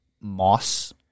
moss